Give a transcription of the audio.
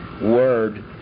word